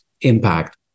impact